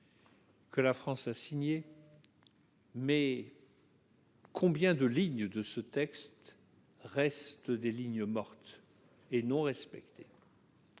Que la France a signé mais. Combien de lignes de ce texte reste des lignes morte et non respecté,